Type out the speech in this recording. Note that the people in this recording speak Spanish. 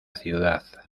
ciudad